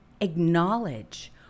acknowledge